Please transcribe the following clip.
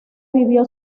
vivió